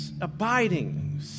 abiding